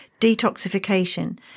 Detoxification